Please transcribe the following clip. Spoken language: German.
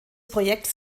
projekt